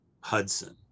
Hudson